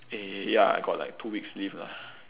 eh ya I got like two weeks leave lah